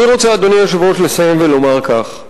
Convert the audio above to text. אני רוצה, אדוני היושב-ראש, לסיים ולומר כך: